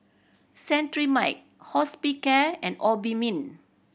Cetrimide Hospicare and Obimin